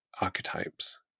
archetypes